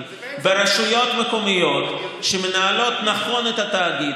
ברשויות מקומיות שמנהלות נכון את התאגיד,